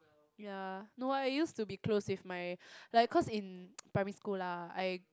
ya no I use to be close with my like cause in primary school lah I